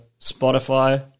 Spotify